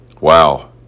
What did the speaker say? Wow